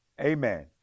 Amen